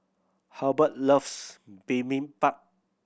Halbert loves Bibimbap